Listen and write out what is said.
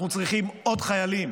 אנחנו צריכים עוד חיילים.